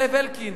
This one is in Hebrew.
זאב אלקין,